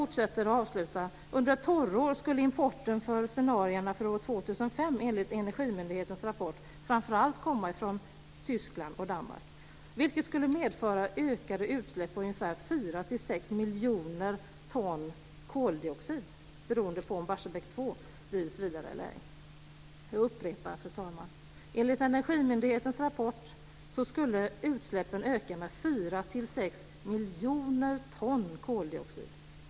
Avslutningsvis skriver man: "Under ett torrår skulle importen i scenarierna för år 2005 enligt Energimyndighetens rapport framför allt komma ifrån Tyskland och Danmark, vilket skulle medföra ökade utsläpp på ungefär 4-6 miljoner ton koldioxid, beroende på om Barsebäck 2 drivs vidare eller ej." Jag upprepar, fru talman: Enligt Energimyndighetens rapport skulle utsläppen öka med 4-6 miljoner ton koldioxid.